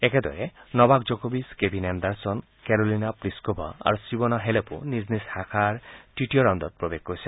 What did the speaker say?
একেদৰে নভাক জকভিছ Kevin Anderson Karolina Pliskova আৰু ছিমোনা হেলেপো নিজ নিজ শাখাৰ তৃতীয় ৰাউণ্ডত প্ৰৱেশ কৰিছে